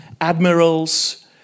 Admirals